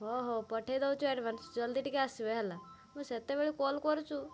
ହ ହେଉ ପଠେଇଦଉଛୁ ଆଡ଼ଭାନ୍ସ୍ ଜଲ୍ଦି ଟିକିଏ ଆସିବେ ହେଲା ମୁଁ ସେତେବେଳୁ କଲ୍ କରୁଛୁ